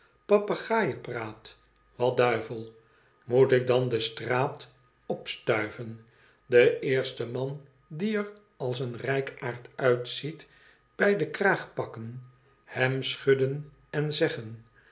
papegaaienpraat wat duivel moet ik dan de straat opstuiven den eersten man die er als een rijkaard uitziet bij den kraag pakken hem schudden en zeggen